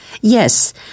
Yes